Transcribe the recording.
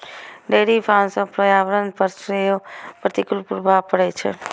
dairy farm सं पर्यावरण पर सेहो प्रतिकूल प्रभाव पड़ै छै